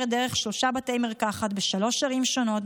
דרך שלושה בתי מרקחת בשלוש ערים שונות,